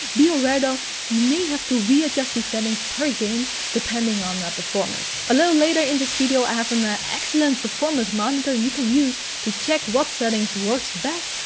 be aware, though you may have to readjust these settings per game depending on performance. a little later in this video, i have an excellent performance monitor you can use to checks what settings works best,